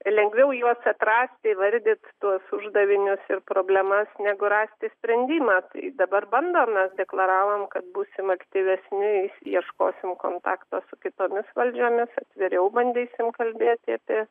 lengviau juos atrasti įvardyt tuos uždavinius ir problemas negu rasti sprendimą tai dabar bandom mes deklaravom kad būsim aktyvesniais ieškosim kontakto su kitomis valdžiomis atviriau bandysim kalbėti apie